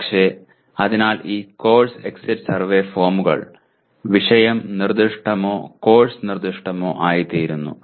പക്ഷേ അതിനാൽ ഈ കോഴ്സ് എക്സിറ്റ് സർവേ ഫോമുകൾ വിഷയം നിർദ്ദിഷ്ടമോ കോഴ്സ് നിർദ്ദിഷ്ടമോ ആയിത്തീരുന്നു